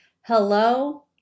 hello